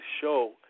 show